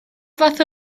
fath